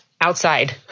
outside